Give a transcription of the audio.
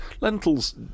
Lentils